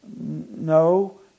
No